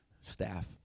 staff